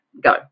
go